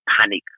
panic